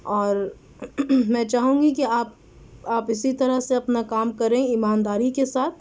اور میں چاہوں گی کہ آپ آپ اسی طرح سے اپنا کام کریں ایمانداری کے ساتھ